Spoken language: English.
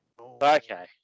Okay